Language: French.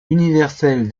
universelle